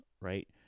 right